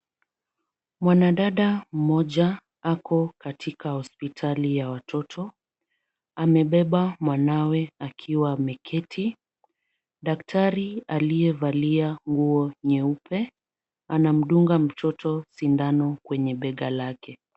Mwanadada mmoja ako katika hospitali ya watoto. Amebeba mwanawe akiwa ameketi. Daktari aliyevalia nguo nyeupe anamdunga mtoto sindano kwenye bega lake.